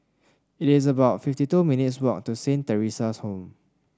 it is about fifty two minutes' walk to Saint Theresa's Home